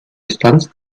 distanz